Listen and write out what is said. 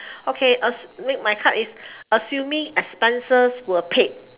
okay as~ my card is assuming expenses were paid